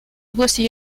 области